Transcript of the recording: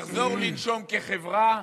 נחזור לנשום כחברה,